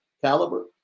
caliber